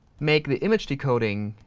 make the image decoding